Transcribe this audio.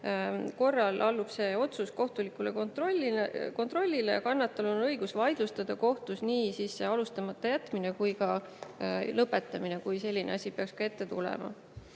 korral allub see otsus kohtulikule kontrollile ja kannatanul on õigus vaidlustada kohtus nii alustamata jätmine kui ka lõpetamine, kui selline asi peaks ette tulema.